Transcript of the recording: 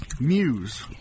Muse